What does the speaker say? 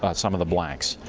but some of the blanks.